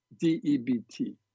D-E-B-T